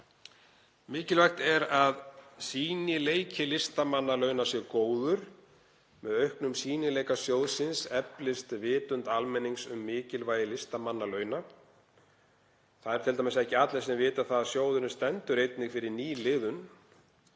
Mikilvægt er að sýnileiki listamannalauna sé góður. Með auknum sýnileika sjóðsins eflist vitund almennings um mikilvægi listamannalauna. Það eru t.d. ekki allir sem vita að sjóðurinn stendur einnig fyrir nýliðun.